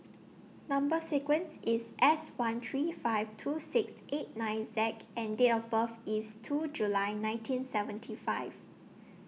Number sequence IS S one three five two six eight nine Z and Date of birth IS two July nineteen seventy five